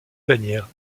bannières